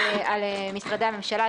על משרדי הממשלה,